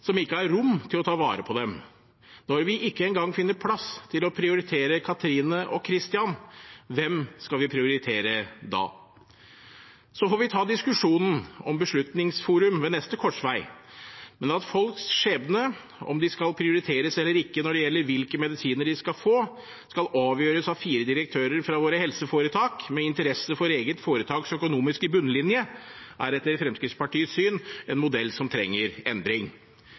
som ikke har rom til å ta vare på dem. Når vi ikke engang finner plass til å prioritere Cathrine og Christian, hvem skal vi prioritere da? Så får vi ta diskusjonen om Beslutningsforum ved neste korsvei, men at folks skjebne, om de skal prioriteres eller ikke når det gjelder hvilke medisiner de kan få, skal avgjøres av fire direktører fra våre helseforetak, med interesse for eget foretaks økonomiske bunnlinje, er etter Fremskrittspartiets syn en modell som trenger endring.